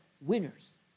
winners